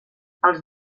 els